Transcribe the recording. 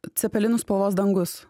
cepelinų spalvos dangus